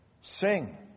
Sing